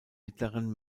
mittleren